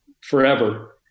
forever